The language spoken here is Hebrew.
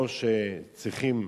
או שצריכים